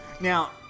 Now